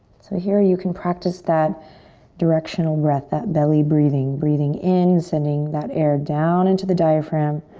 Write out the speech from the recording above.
so here you can practice that directional breath, that belly breathing. breathing in, sending that air down into the diaphragm.